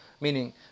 meaning